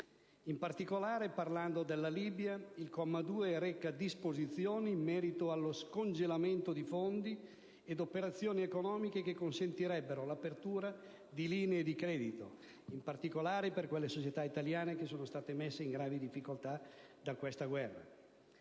In particolare, parlando della Libia, il comma 2 reca disposizioni in merito allo scongelamento di fondi ed operazioni economiche che consentirebbero l'apertura di linee di credito, in particolare per quelle imprese italiane che sono state messe in gravi difficoltà da questa guerra.